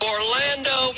Orlando